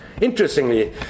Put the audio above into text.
Interestingly